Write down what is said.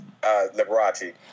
Liberace